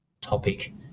topic